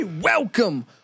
Welcome